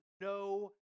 no